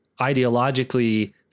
ideologically